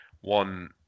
one